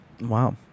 Wow